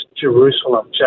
Jerusalem